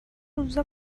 روزا